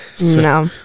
No